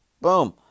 boom